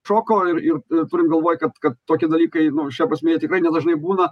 šoko ir ir turint galvoj kad kad tokie dalykai nu šia prasme jie tikrai nedažnai būna